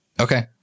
Okay